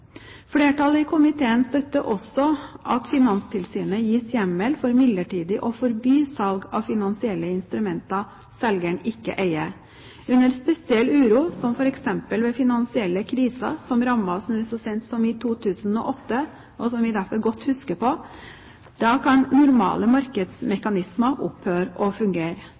Flertallet i komiteen støtter også at Finanstilsynet gis hjemmel for midlertidig å forby salg av finansielle instrumenter selgeren ikke eier. Under spesiell uro, som f.eks. ved finansielle kriser, som rammet oss så sent som i 2008, og som vi derfor godt husker, kan normale markedsmekanismer opphøre å fungere.